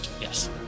Yes